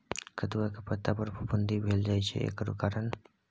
कदुआ के पता पर फफुंदी भेल जाय छै एकर कारण?